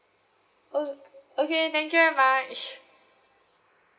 oh okay thank you very much